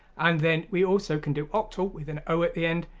and then we also can do octal with an o at the end,